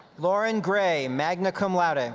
lauren gray, magna cum laude. ah